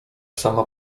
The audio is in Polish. sama